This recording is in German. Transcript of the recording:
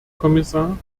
kommissar